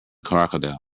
crocodile